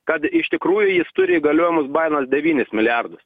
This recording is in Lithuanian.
kad iš tikrųjų jis turi įgaliojimus baidenas devynis milijardus